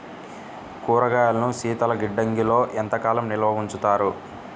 కూరగాయలను శీతలగిడ్డంగిలో ఎంత కాలం నిల్వ ఉంచుతారు?